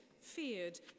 feared